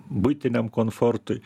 buitiniam komfortui